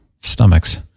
stomachs